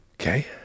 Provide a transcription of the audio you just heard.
Okay